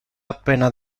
appena